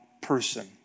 person